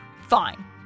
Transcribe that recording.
Fine